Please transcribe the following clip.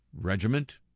regiment